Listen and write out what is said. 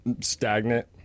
stagnant